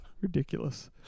Ridiculous